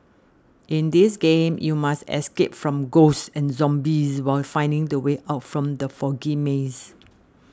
in this game you must escape from ghosts and zombies while finding the way out from the foggy maze